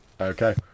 Okay